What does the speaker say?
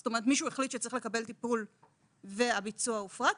זאת אומרת מישהו החליט שצריך לקבל טיפול והביצוע הופרט,